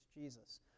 Jesus